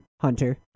hunter